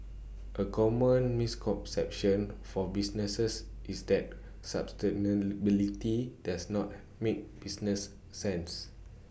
A common misconception for businesses is that sustainability does not make business sense